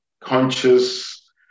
conscious